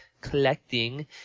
collecting